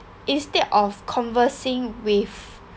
instead of conversing with